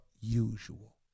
usual